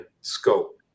scope